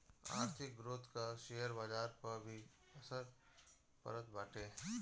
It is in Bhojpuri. आर्थिक ग्रोथ कअ शेयर बाजार पअ भी असर पड़त बाटे